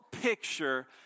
picture